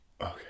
Okay